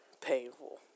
painful